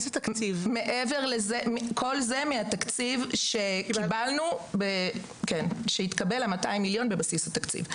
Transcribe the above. כל זה מתקציב שהתקבל, 200 מיליון בבסיס התקציב.